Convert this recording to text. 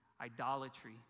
idolatry